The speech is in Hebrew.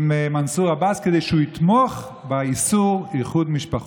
עם מנסור עבאס כדי שהוא יתמוך באיסור איחוד משפחות.